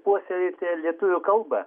puoselėjate lietuvių kalbą